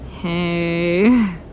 Hey